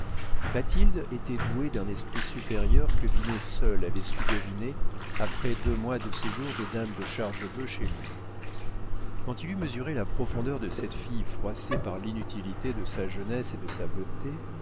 bathilde était douée d'un esprit supérieur que vinet seul avait su deviner après deux mois de séjour des dames de chargebœuf chez lui quand il eut mesuré la profondeur de cette fille froissée par l'inutilité de sa jeunesse et de sa beauté